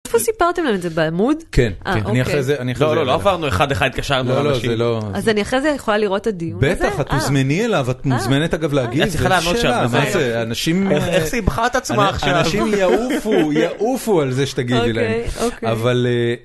איפה סיפרתם את זה בעמוד כן אני אחרי זה אני לא לא עברנו אחד אחד קשר לא לא זה לא אז אני אחרי זה יכולה לראות את הדיון הזה בטח את תוזמני אליו את מוזמנת אגב להגיד אנשים יעופו יעופו על זה שתגידי להם אבל.